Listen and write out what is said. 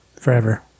forever